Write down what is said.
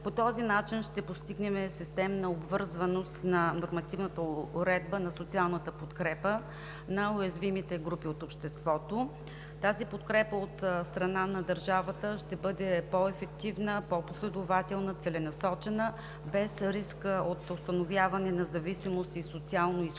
По този начин ще постигнем системна обвързаност на нормативната уредба на социалната подкрепа на уязвимите групи от обществото. Тази подкрепа от страна на държавата ще бъде по-ефективна, по-последователна, целенасочена, без риск от установяване на зависимост и социално изключване,